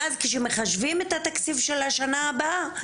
ואז כשמחשבים את התקציב של השנה הבאה,